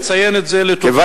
אני מציין את זה לטובה.